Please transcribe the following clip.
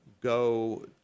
go